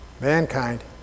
Mankind